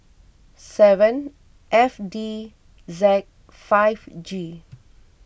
seven F D Z five G